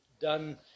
done